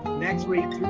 next week,